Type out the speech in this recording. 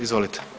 Izvolite.